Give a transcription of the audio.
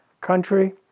country